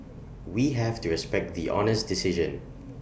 we have to respect the Honour's decision